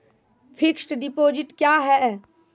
Fixed deposit क्या हैं?